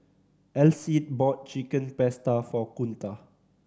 Alcide bought Chicken Pasta for Kunta